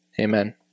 Amen